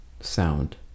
sound